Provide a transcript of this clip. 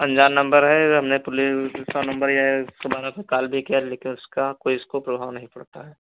अनजान नम्बर है हमने पुलिस का नम्बर यह दोबारा से कॉल भी किया लेकिन उसका कोई उसको प्रभाव नहीं पड़ता है